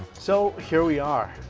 so here we are.